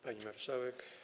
Pani Marszałek!